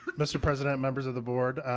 but mr. president, members of the board,